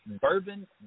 bourbon